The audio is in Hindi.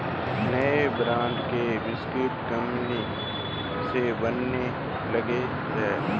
नए ब्रांड के बिस्कुट कंगनी से बनने लगे हैं